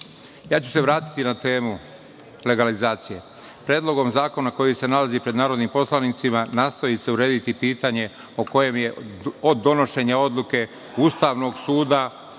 vratiću se na temu legalizacije. Predlogom zakona koji se nalazi pred narodnim poslanicima nastoji se urediti pitanje o kojem je od donošenja odluke Ustavnog suda